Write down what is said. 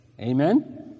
Amen